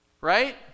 Right